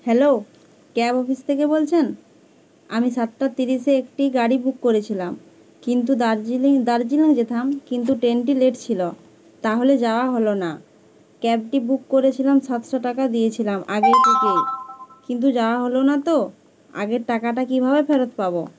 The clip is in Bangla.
হ্যালো ক্যাব অফিস থেকে বলছেন আমি সাতটার তিরিশে একটি গাড়ি বুক করেছিলাম কিন্তু দার্জিলিং দার্জিলিং যেতাম কিন্তু ট্রেনটি লেট ছিলো তাহলে যাওয়া হলো না ক্যাবটি বুক করেছিলাম সাতশো টাকা দিয়েছিলাম আগের থেকেই কিন্তু যাওয়া হলো না তো আগের টাকাটা কীভাবে ফেরত পাবো